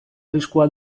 arriskua